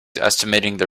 estimating